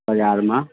बाजारमे